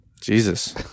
Jesus